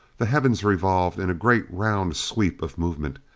the heavens revolved in a great round sweep of movement,